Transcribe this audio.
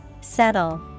settle